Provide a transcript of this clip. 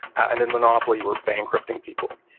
and in monopoly you were bankrupting people.